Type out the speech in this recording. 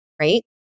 right